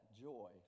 joy